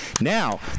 now